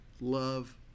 love